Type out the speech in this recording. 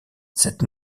cette